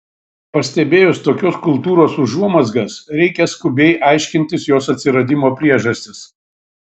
pastebėjus tokios kultūros užuomazgas reikia skubiai aiškintis jos atsiradimo priežastis